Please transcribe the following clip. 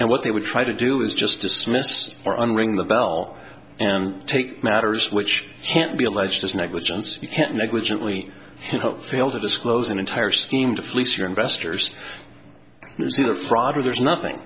and what they would try to do is just dismiss or unring the bell and take matters which can't be alleged as negligence if you can't negligently failed to disclose an entire scheme to fleece your investors in a product there's nothing